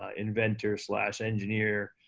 ah inventor slash engineer,